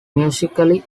musically